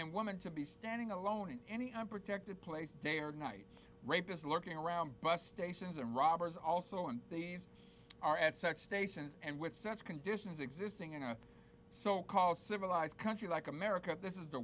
and woman to be standing alone in any unprotected place day or night rapist lurking around bus stations and robbers also and they are at sex stations and with such conditions existing in a so called civilized country like america this is the